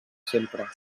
sempre